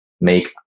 make